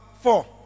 four